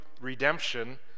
redemption